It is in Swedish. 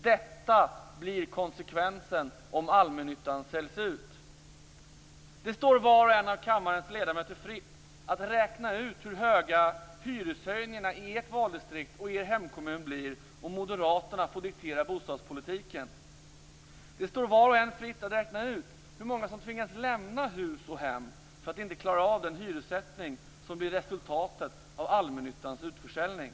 Detta blir konsekvensen om allmännyttan säljs ut. Det står var och en av kammarens ledamöter fritt att räkna ut hur höga hyreshöjningarna i ert valdistrikt och er hemkommun blir om moderaterna får diktera bostadspolitiken. Det står var och en fritt att räkna ut hur många som tvingas lämna hus och hem för att de inte klarar av den hyressättning som blir resultatet av allmännyttans utförsäljning.